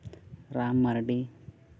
Ram Mardi